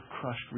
crushed